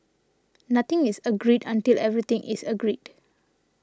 nothing is agreed until everything is agreed